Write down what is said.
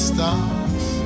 Stars